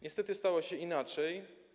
Niestety stało się inaczej.